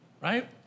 right